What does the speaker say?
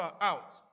out